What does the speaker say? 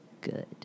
good